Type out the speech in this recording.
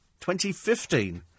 2015